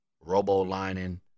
Robo-lining